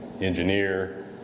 engineer